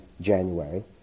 January